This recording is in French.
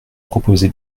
proposé